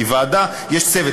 כי ועדה, יש צוות.